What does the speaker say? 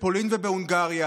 בפולין ובהונגריה,